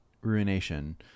ruination